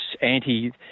anti